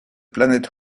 planet